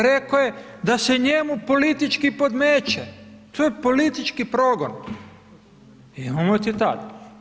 Rek'o je da se njemu politički podmeće, to je politički progon, imamo citat.